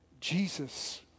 Jesus